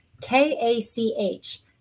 K-A-C-H